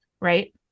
Right